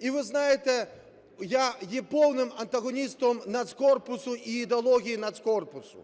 І ви знаєте, я є повним антагоністом "Нацкорпусу" і ідеології "Нацкорпусу",